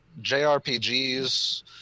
JRPGs